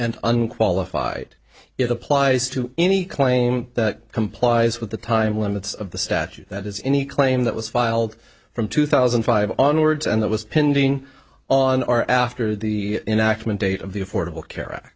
and unqualified it applies to any claim that complies with the time limits of the statute that is any claim that was filed from two thousand and five on words and that was pending on or after the enactment date of the affordable car